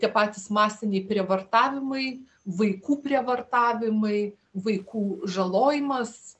tie patys masiniai prievartavimai vaikų prievartavimai vaikų žalojimas